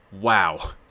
wow